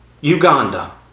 Uganda